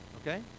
okay